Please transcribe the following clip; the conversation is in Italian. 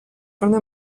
farne